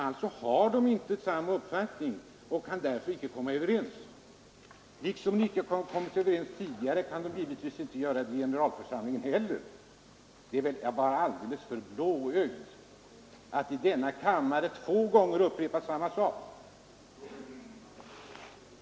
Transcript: Alltså har de båda delarna inte samma uppfattning och lika väl som de inte kommit överens tidigare kan de inte göra det i generalförsamlingen heller. Det verkar alldeles för blåögt när herr Göransson i denna kammare två gånger upprepar samma sak.